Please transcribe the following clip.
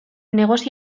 porrot